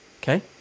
okay